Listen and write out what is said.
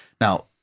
Now